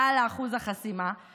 מעל אחוז החסימה,